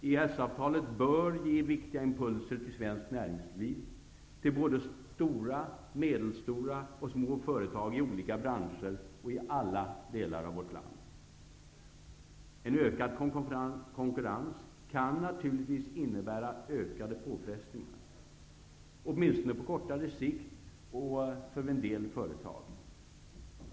EES-avtalet bör ge viktiga impulser till svenskt näringsliv, till stora, medelstora och små företag i olika branscher och i alla delar av vårt land. En ökad konkurrens kan naturligtvis innebära ökade påfrestningar, åtminstone på kortare sikt och för en del företag.